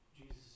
Jesus